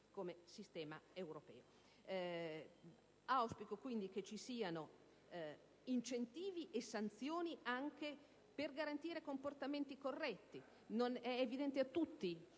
come sistema europeo.